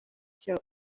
cya